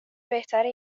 بهتره